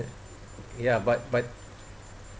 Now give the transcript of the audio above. ya but but